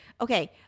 okay